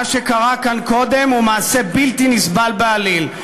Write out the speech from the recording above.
מה שקרה כאן קודם הוא מעשה בלתי נסבל בעליל.